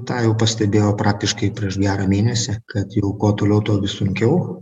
tą jau pastebėjau praktiškai prieš gerą mėnesį kad jau kuo toliau tuo vis sunkiau